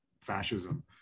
fascism